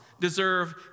deserve